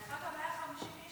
היא לא דבי,